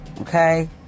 Okay